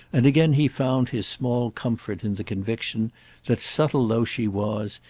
and again he found his small comfort in the conviction that, subtle though she was,